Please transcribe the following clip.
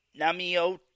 Namiot